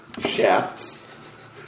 shafts